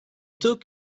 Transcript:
took